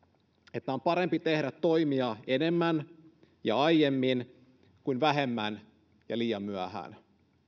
että on parempi tehdä toimia enemmän ja aiemmin kuin vähemmän ja liian myöhään